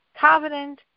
covenant